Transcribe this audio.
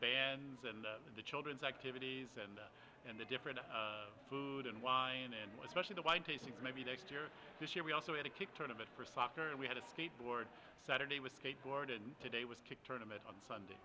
bands and the children's activities and and the different food and wine and especially the wine tasting maybe next year this year we also had a quick turn of it for soccer and we had a skateboard saturday with skateboard and today was kicked tournaments on sunday